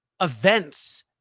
events